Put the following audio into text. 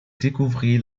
découvrit